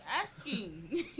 asking